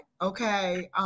Okay